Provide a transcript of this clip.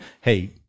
hey